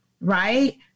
right